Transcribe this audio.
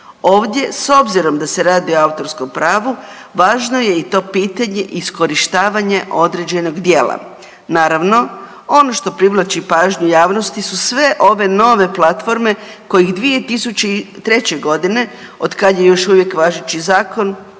Ovdje s obzirom da se radi o autorskom pravu važno je i to pitanje iskorištavanje određenog djela. Naravno, ono što privlači pažnju javnosti su sve ove nove platforme kojih 2003. od kad je još uvijek važeći zakon,